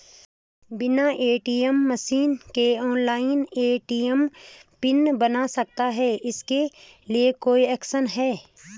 बिना ATM machine के online ATM pin बन सकता है इसके लिए कोई ऐप्लिकेशन है?